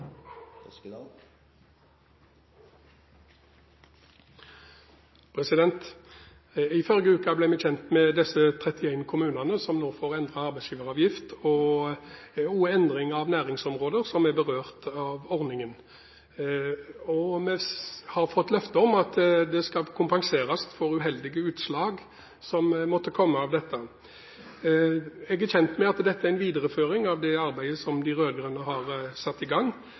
I forrige uke ble vi kjent med disse 31 kommunene som nå får endret arbeidsgiveravgift og endring av næringsområder som er berørt av ordningen. Vi har fått løfter om at det skal kompenseres for uheldige utslag som måtte komme av dette. Jeg er kjent med at dette er en videreføring av det arbeidet som de rød-grønne har satt i gang,